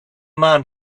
man